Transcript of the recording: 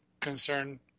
concern